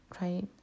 right